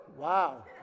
Wow